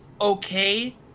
okay